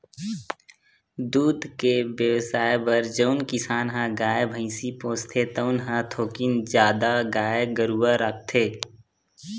दूद के बेवसाय बर जउन किसान ह गाय, भइसी पोसथे तउन ह थोकिन जादा गाय गरूवा राखथे